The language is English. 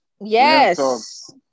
Yes